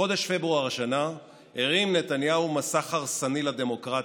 בחודש פברואר השנה הרים נתניהו מסך הרסני לדמוקרטיה,